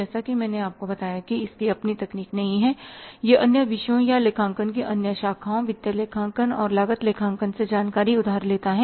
जैसा कि मैंने आपको बताया कि इसकी अपनी तकनीक नहीं है यह अन्य विषयों या लेखांकन की अन्य शाखाओं वित्तीय लेखांकन और लागत लेखांकन से जानकारी उधार लेता है